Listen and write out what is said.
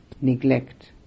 neglect